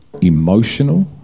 emotional